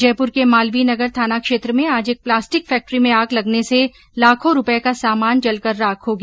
जयपुर के मालवीय नगर थाना क्षेत्र में आज एक प्लास्टिक फैक्ट्री में आग लगने से लाखों रूपए का सामान जलकर राख हो गया